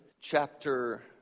chapter